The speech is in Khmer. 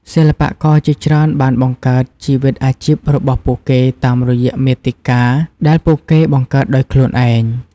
សិល្បករជាច្រើនបានបង្កើតជីវិតអាជីពរបស់ពួកគេតាមរយៈមាតិកាដែលពួកគេបង្កើតដោយខ្លួនឯង។